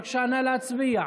בבקשה, נא להצביע.